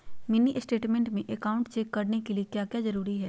Mini state में account check करने के लिए क्या क्या जरूरी है?